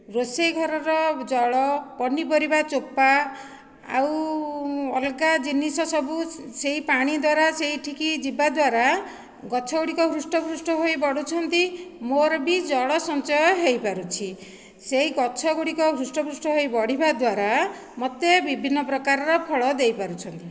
ରୋଷେଇ ଘରର ଜଳ ପନିପରିବା ଚୋପା ଆଉ ଅଲଗା ଜିନିଷ ସବୁ ସେହି ପାଣି ଦ୍ୱାରା ସେଇଠିକି ଯିବା ଦ୍ୱାରା ଗଛ ଗୁଡ଼ିକ ହୃଷ୍ଟପୃଷ୍ଟ ହୋଇ ବଢ଼ୁଛନ୍ତି ମୋର ବି ଜଳ ସଞ୍ଚୟ ହୋଇପାରୁଛି ସେହି ଗଛ ଗୁଡ଼ିକ ହୃଷ୍ଟ ପୃଷ୍ଟ ହୋଇ ବଢ଼ିବା ଦ୍ୱାରା ମୋତେ ବିଭିନ୍ନ ପ୍ରକାରର ଫଳ ଦେଇପାରୁଛନ୍ତି